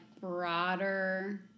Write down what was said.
broader